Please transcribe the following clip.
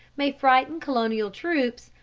may frighten colonial troops,